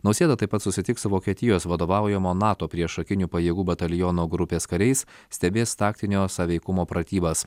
nausėda taip pat susitiks su vokietijos vadovaujamo nato priešakinių pajėgų bataliono grupės kariais stebės taktinio sąveikumo pratybas